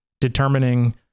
determining